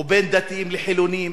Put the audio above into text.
או בין דתיים לחילונים.